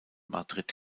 madrid